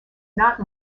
not